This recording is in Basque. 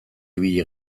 ibili